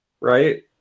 right